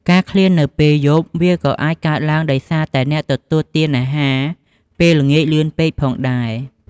ការឃ្លាននៅពេលយប់ វាក៏អាចកើតឡើងដោយសារតែអ្នកទទួលទានអាហារពេលល្ងាចលឿនពេកផងដែរ។